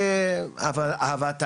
באהבת הארץ,